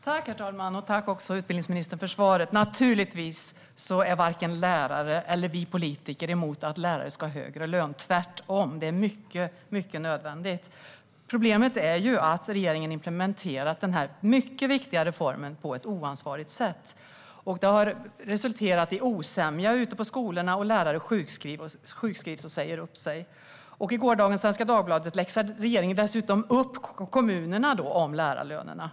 Herr talman! Tack för svaret, utbildningsministern! Naturligtvis är varken lärare eller vi politiker emot att lärare ska ha högre löner. Tvärtom - det är mycket nödvändigt. Problemet är att regeringen har implementerat den här mycket viktiga reformen på ett oansvarigt sätt. Det har resulterat i osämja ute på skolorna; lärare blir sjukskrivna och säger upp sig. I gårdagens Svenska Dagbladet läxade regeringen dessutom upp kommunerna när det gäller lärarlönerna.